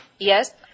Yes